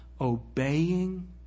obeying